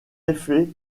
effets